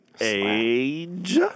Age